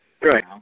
Right